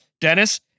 Dennis